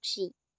പക്ഷി